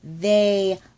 They